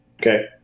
Okay